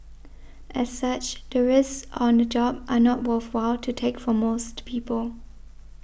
as such the risks on the job are not worthwhile to take for most people